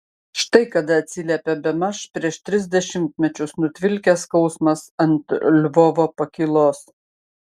štai kada atsiliepė bemaž prieš tris dešimtmečius nutvilkęs skausmas ant lvovo pakylos